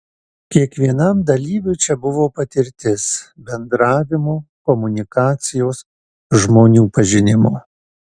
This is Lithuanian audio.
kiekvienam dalyviui čia buvo patirtis bendravimo komunikacijos žmonių pažinimo